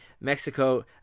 Mexico